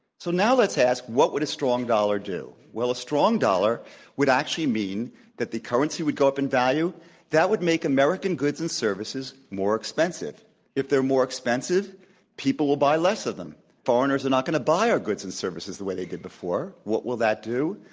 so now let's ask what would a strong dollar do? well, a strong dollar would actually mean that the currency would go up in value that would make american goods and services more expensive if they're more expensive people will buy less of them that foreigners are not going to buy our goods and services the way they did before. what will that do?